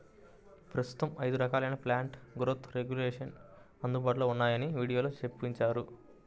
ప్రస్తుతం ఐదు రకాలైన ప్లాంట్ గ్రోత్ రెగ్యులేషన్స్ అందుబాటులో ఉన్నాయని వీడియోలో చూపించారు